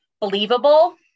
believable